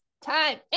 time